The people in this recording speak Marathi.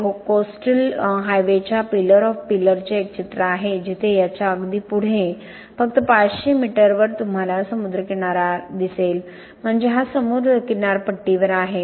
हे कोस्टल हायवेच्या पिलर ऑफ पिलरचे एक चित्र आहे जिथे याच्या अगदी पुढे फक्त 500 मीटरवर तुम्हाला समुद्रकिनारा आहे म्हणजे हा समुद्र किनारपट्टीवर आहे